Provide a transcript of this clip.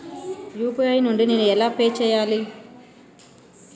UPI నుండి నేను ఎలా పే చెయ్యాలి?